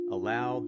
Allow